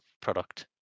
product